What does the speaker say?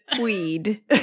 Weed